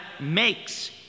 makes